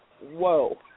whoa